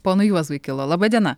ponui juozui kilo laba diena